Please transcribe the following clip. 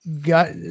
got